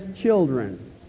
children